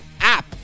app